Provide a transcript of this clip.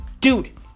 dude